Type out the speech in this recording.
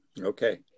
Okay